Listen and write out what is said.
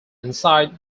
inside